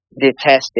detested